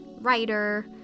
writer